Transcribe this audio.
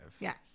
Yes